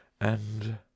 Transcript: and—